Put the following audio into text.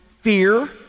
fear